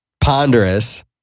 Ponderous